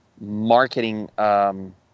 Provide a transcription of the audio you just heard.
marketing